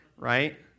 right